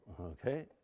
okay